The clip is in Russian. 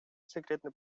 секретный